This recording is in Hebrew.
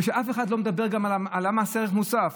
ואף אחד לא מדבר גם על מס ערך מוסף.